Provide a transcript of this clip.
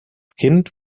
kind